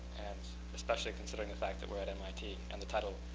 and especially considering the fact that we're at mit? and the title